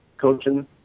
coaching